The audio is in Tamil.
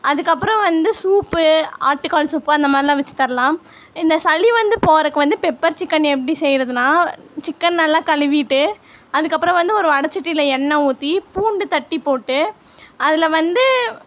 அதுக்கப்புறம் வந்து சூப்பு ஆட்டுக்கால் சூப்பு அந்த மாதிரிலாம் வெச்சு தரலாம் இந்த சளி வந்து போகிறக்கு வந்து பெப்பர் சிக்கன் எப்படி செய்கிறதுன்னா சிக்கன் நல்லா கழுவிட்டு அதுக்கப்புறம் வந்து ஒரு வடச்சட்டியில் எண்ணெய் ஊற்றி பூண்டு தட்டி போட்டு அதில் வந்து